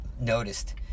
noticed